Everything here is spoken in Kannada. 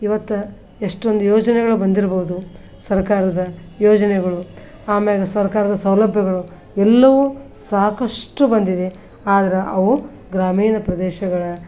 ಇವತ್ತು ಎಷ್ಟೊಂದು ಯೋಜನೆಗಳು ಬಂದಿರ್ಬೋದು ಸರಕಾರದ ಯೋಜನೆಗಳು ಆಮೇಲ ಸರಕಾರದ ಸೌಲಭ್ಯಗಳು ಎಲ್ಲವೂ ಸಾಕಷ್ಟು ಬಂದಿದೆ ಆದ್ರೆ ಅವು ಗ್ರಾಮೀಣ ಪ್ರದೇಶಗಳ